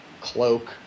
cloak